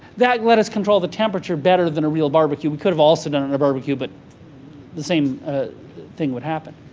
that let us control the temperature better than a real barbecue. we could have also done and a barbecue, but the same thing would happen.